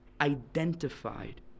identified